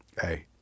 hey